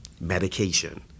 Medication